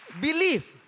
believe